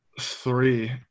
three